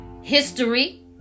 history